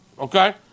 Okay